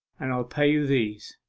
and i'll pay you these.